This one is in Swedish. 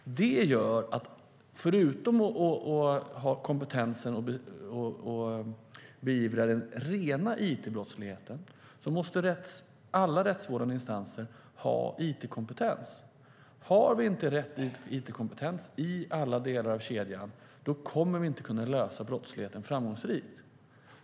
Alla rättsvårdande instanser måste ha kompetens att beivra den rena it-brottsligheten. Om vi inte har rätt it-kompetens i alla delar av kedjan kommer vi inte att kunna lösa brottsligheten framgångsrikt.